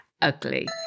ugly